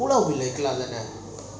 pulau ubin வெக்கலாம் தான:vekkalam thaana